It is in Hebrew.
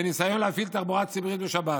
בניסיון להפעיל תחבורה ציבורית בשבת,